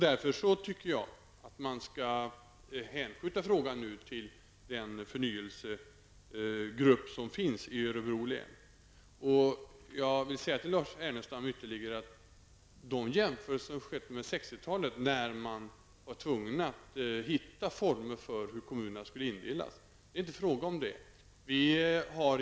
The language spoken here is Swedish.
Därför tycker jag att man skall hänskjuta frågan till den förnyelsegrupp som finns i Örebro län. Det är inte fråga om att göra jämförelser med 60 talet när man var tvungen att hitta nya former för indelningen av kommunerna.